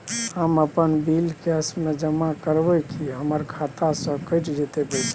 हम अपन bill cash म जमा करबै की हमर खाता स कैट जेतै पैसा?